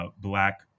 Black